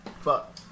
Fuck